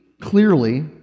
clearly